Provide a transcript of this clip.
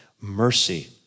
mercy